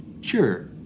Sure